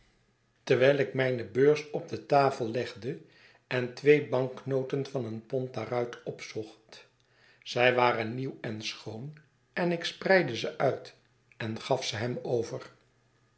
terwijl ik mijne beurs op de tafel legde en twee banknoten van een pond daaruit opzocht zij waren nieuw en schoon en ik spreidde ze uit en gaf ze hem over